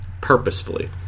purposefully